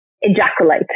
ejaculate